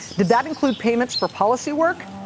did that include payments for policy work?